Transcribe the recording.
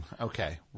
Okay